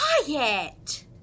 quiet